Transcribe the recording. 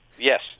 Yes